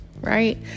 right